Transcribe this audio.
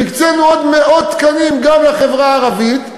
והקצינו עוד מאות תקנים גם לחברה הערבית,